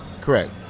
Correct